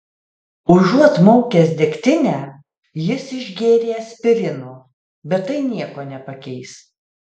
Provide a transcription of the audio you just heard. užuot maukęs degtinę jis išgėrė aspirino bet tai nieko nepakeis